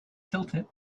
tilted